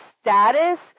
status